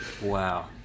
Wow